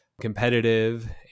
competitive